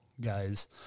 guys